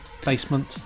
Basement